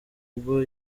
ubwo